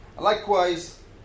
Likewise